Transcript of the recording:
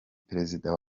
perezida